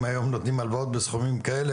היום נותנים הלוואות בסכומים כאלה,